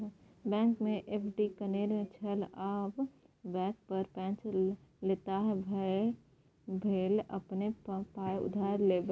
बैंकमे एफ.डी करेने छल आब वैह पर पैंच लेताह यैह भेल अपने पाय उधार लेब